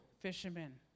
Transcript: Fishermen